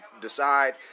decide